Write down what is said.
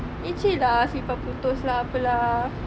leceh lah slipper putus lah apa lah